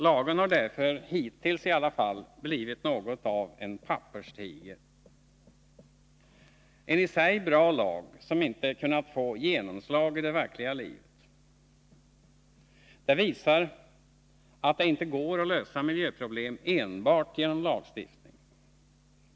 Lagen har därför, hittills i alla fall, blivit något av en ”papperstiger”, en i sig bra lag som inte kunnat få genomslag i det verkliga livet. Det visar att det inte går att lösa miljöproblemen enbart genom lagstiftning.